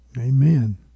Amen